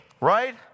right